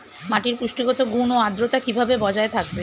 মাটির পুষ্টিগত গুণ ও আদ্রতা কিভাবে বজায় থাকবে?